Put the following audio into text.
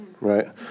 right